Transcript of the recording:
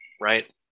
Right